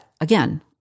again